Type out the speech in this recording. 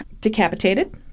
decapitated